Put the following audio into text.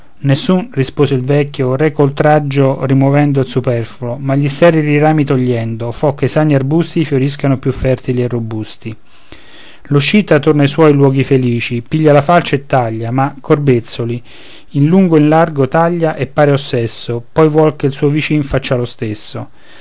nessun rispose il vecchio reco oltraggio rimovendo il superfluo ma gli sterili rami togliendo fo che i sani arbusti fioriscano più fertili e robusti lo scita torna a suoi luoghi infelici piglia la falce e taglia ma corbezzoli in lungo e in largo taglia e pare ossesso poi vuol che il suo vicin faccia lo stesso